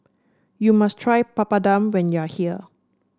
you must try Papadum when you are here